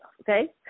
Okay